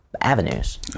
avenues